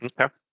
Okay